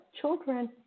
Children